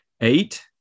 Eight